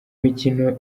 mikino